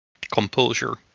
composure